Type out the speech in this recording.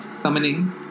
summoning